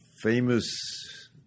famous